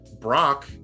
Brock